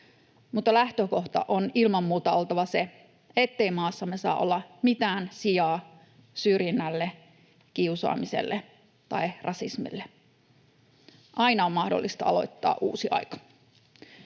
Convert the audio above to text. Mutta lähtökohdan on ilman muuta oltava se, ettei maassamme saa olla mitään sijaa syrjinnälle, kiusaamiselle tai rasismille. Aina on mahdollista aloittaa uusi aika.